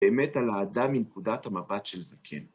באמת הלהדה מנקודת המבט של זקן.